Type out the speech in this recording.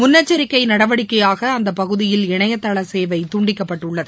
முன்னெச்சரிக்கைநடவடிக்கையாகஅந்தபகுதியில் இணையதளசேவைதுண்டிக்கப்பட்டுள்ளது